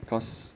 because